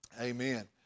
amen